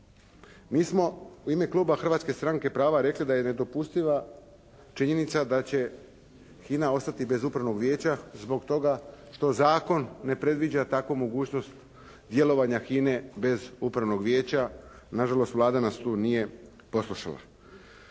Mi smo u ime kluba Hrvatske stranke prava rekli da je nedopustiva činjenica da će HINA ostati bez Upravnog vijeća zbog toga što zakon ne predviđa takvu mogućnost djelovanja HINA-e bez Upravnog vijeća. Nažalost Vlada nas tu nije poslušala.